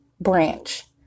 Branch